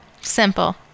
Simple